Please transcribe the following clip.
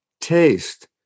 taste